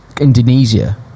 Indonesia